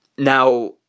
Now